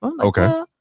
Okay